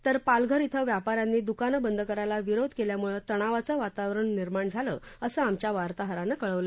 तर पालघर ि व्यापा यांनी दुकानं बंद करायला विरोध केल्यामुळं तणावाचं वातावरण निर्माण झालं होतं असं आमच्या वार्ताहरानं कळवलं